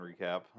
recap